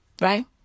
Right